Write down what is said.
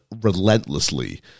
relentlessly